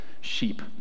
sheep